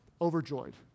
overjoyed